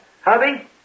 hubby